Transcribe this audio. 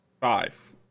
five